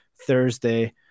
Thursday